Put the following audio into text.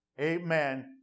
amen